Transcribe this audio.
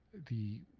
the